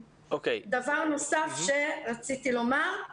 דבר נוסף שרציתי לומר,